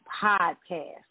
podcast